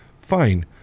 Fine